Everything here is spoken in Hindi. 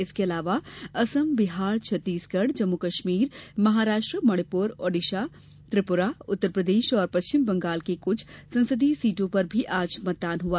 इसके अलावा असम बिहार छत्तीसगढ़ जम्मू कश्मीर महाराष्ट्र मणिपुर ओडिसा त्रिपुरा उत्तर प्रदेश और पश्चिम बंगाल की कुछ संसदीय सीटों पर भी आज मतदान हुआ